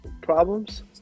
problems